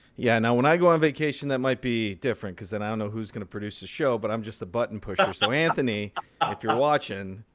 yeah, now when i go on vacation, that might be different, because then i don't know who's going to produce the show. but i'm just a button pusher, so anthony if you're watching.